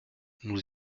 nous